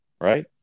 right